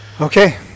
Okay